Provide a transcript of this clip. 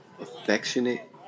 Affectionate